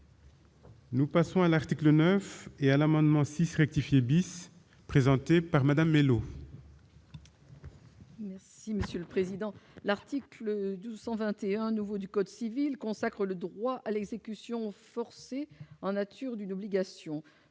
Nous passons à l'article 9 et à l'amendement 6 rectifier bis présenté par Madame Mellow. Merci monsieur le président, l'article 221 nouveau du code civil, consacre le droit à l'exécution forcée en nature d'une obligation,